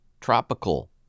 Tropical